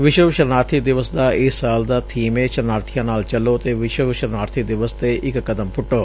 ਵਿਸ਼ਵ ਸ਼ਰਨਾਰਥੀ ਦਿਵਸ ਦਾ ਇਸ ਸਾਲ ਦਾ ਬੀਮ ਏ ਸ਼ਰਨਾਰਥੀਆਂ ਨਾਲ ਚਲੋ ਅਤੇ ਵਿਸ਼ਵ ਸ਼ਰਨਾਰਥੀ ਦਿਵਸ ਤੇ ਇਕ ਕਦਮ ਪੁੱਟੋ